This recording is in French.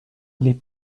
les